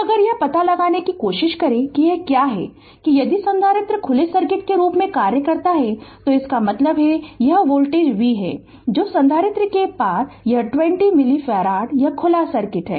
तो अगर यह पता लगाने की कोशिश करें कि क्या है कि यदि संधारित्र खुले सर्किट के रूप में कार्य करता है तो इसका मतलब है कि यह वोल्टेज v है जो संधारित्र के पार यह 20 मिली फेराड यह खुला सर्किट है